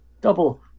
Double